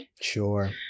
sure